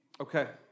Okay